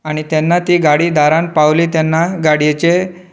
आनी तेन्ना ती गाडी दारांत पावली तेन्ना गाडयेचे